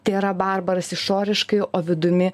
tai yra barbaras išoriškai o vidumi